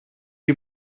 you